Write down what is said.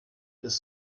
ist